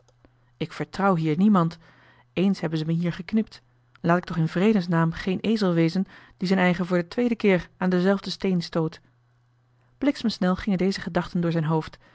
ik vertrouw hier niemand eens hebben ze me hier geknipt laat ik toch in vredesnaam geen ezel wezen die z'n eigen voor den tweeden keer aan denzelfden steen stoot bliksemsnel gingen deze gedachten door zijn hoofd